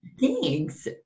thanks